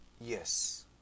Yes